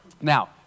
Now